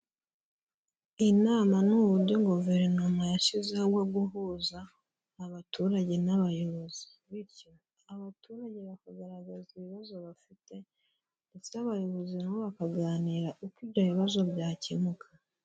Inama ni uburyo guverinoma yashyizeho bwo guhuza abaturage n'abayobozi, bityo abaturage bakagaragaza ibibazo bafite ndetse abayobozi na bakaganira uko ibyo bibazo byakemuka.